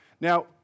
Now